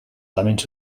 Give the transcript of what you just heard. elements